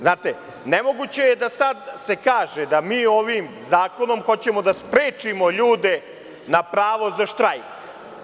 Znate, nemoguće je da se sada kaže da mi ovim zakonom hoćemo da sprečimo ljude na pravo za štrajk.